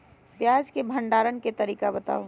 प्याज के भंडारण के तरीका बताऊ?